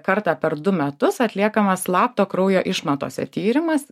kartą per du metus atliekamas slapto kraujo išmatose tyrimas